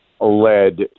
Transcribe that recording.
led